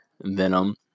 venom